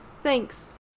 Thanks